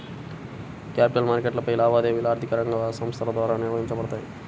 capital మార్కెట్లపై లావాదేవీలు ఆర్థిక రంగ సంస్థల ద్వారా నిర్వహించబడతాయి